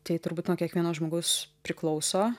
tai turbūt nuo kiekvieno žmogaus priklauso